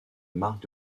marque